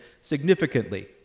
significantly